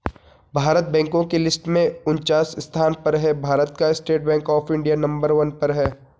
भारत बैंको की लिस्ट में उनन्चास स्थान पर है भारत का state bank of India number one पर है